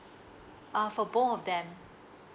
uh for both of them